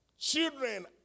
Children